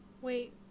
Wait